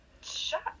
shut